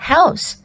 House